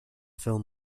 film